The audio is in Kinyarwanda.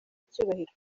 icyubahiro